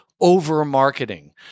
over-marketing